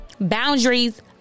Boundaries